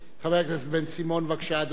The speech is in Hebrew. חבר הכנסת בן-סימון, בבקשה, אדוני.